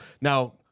Now